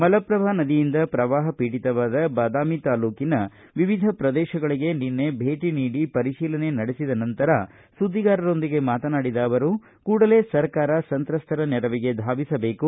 ಮಲಪ್ರಭಾ ನದಿಯಿಂದ ಪ್ರವಾಹಪೀಡಿತವಾದ ಬಾದಾಮಿ ತಾಲೂಕಿನ ವಿವಿಧ ಪ್ರದೇಶಗಳಿಗೆ ನಿನ್ನೆ ಭೇಟಿ ನೀಡಿ ಪರಿಶೀಲನೆ ನಡೆಸಿದ ನಂತರ ಸುದ್ದಿಗಾರರೊಂದಿಗೆ ಮಾತನಾಡಿದ ಅವರು ಕೂಡಲೇ ಸರ್ಕಾರ ಸಂತ್ರಸ್ತರ ನೆರವಿಗೆ ಧಾವಿಸಬೇಕು